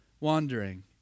wandering